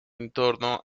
entorno